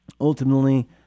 ultimately